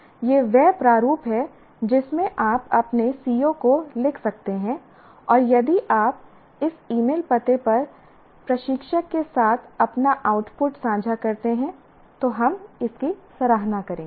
तो यह वह प्रारूप है जिसमें आप अपने CO को लिख सकते हैं और यदि आप इस ईमेल पते पर प्रशिक्षक के साथ अपना आउटपुट साझा करते हैं तो हम सराहना करेंगे